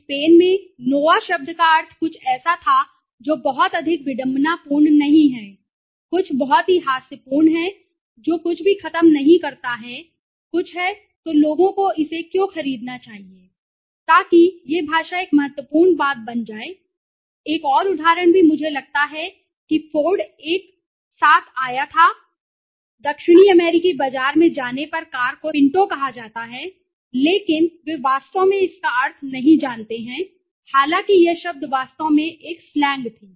Spain में Nova शब्द का अर्थ कुछ ऐसा था जो बहुत अधिक विडंबनापूर्ण नहीं है कुछ बहुत ही हास्यपूर्ण है जो कुछ भी खत्म नहीं करता है कुछ है तो लोगों को इसे क्यों खरीदना चाहिए ताकि यह भाषा एक महत्वपूर्ण बात बन जाए सही है एक और उदाहरण भी मुझे लगता है कि ford एक के साथ आया था दक्षिण अमेरिकी बाजार में जाने पर कार को सही पिंटो कहा जाता है लेकिन वे वास्तव में इसका अर्थ नहीं जानते हैं हालांकि यह शब्द वास्तव में एक स्लैंग थी